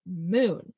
moon